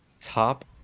top